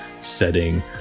setting